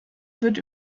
wird